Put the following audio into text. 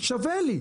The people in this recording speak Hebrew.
שווה לי.